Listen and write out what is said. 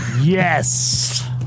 yes